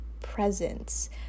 presence